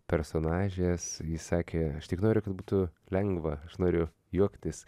personažės ji sakė aš tik noriu kad būtų lengva aš noriu juoktis